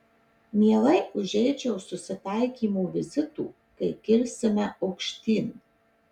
mielai užeičiau susitaikymo vizito kai kilsime aukštyn